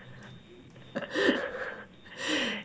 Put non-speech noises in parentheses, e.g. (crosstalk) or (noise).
(laughs)